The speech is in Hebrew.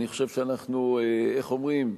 אני חושב שאנחנו, איך אומרים?